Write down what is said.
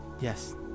Yes